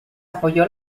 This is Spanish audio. apoyó